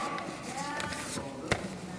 נמנעים, אין הצעת ועדת החוקה,